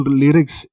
lyrics